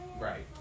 Right